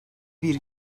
bir